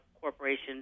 corporation